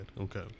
Okay